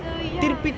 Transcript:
so ya